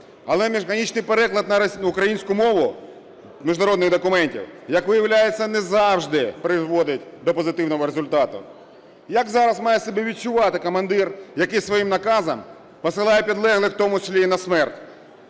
мову міжнародних документів, як виявляється, не завжди призводить до позитивного результату. Як зараз має себе відчувати командир, який своїм наказом посилає підлеглих в тому числі і на смерть?